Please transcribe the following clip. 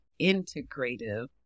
integrative